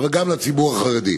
אבל גם לציבור החרדי.